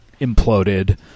imploded